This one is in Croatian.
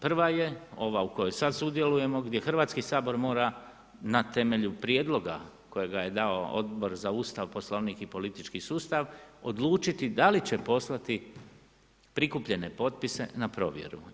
Prava je ova u kojoj sada sudjelujemo gdje Hrvatski sabor mora na temelju prijedloga kojega je dao Odbor za Ustav, Poslovnik i politički sustav odlučiti da li će poslati prikupljene potpise na provjeru.